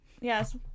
Yes